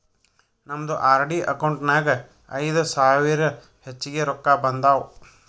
ನಮ್ದು RD account ನಾಗ್ ಐಯ್ದ ಸಾವಿರ ಹೆಚ್ಚಿಗೆ ರೊಕ್ಕಾ ಬಂದಾವ್